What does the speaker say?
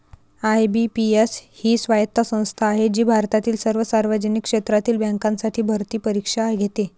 IBPS ही स्वायत्त संस्था आहे जी भारतातील सर्व सार्वजनिक क्षेत्रातील बँकांसाठी भरती परीक्षा घेते